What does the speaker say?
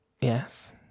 Yes